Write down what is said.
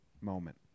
moment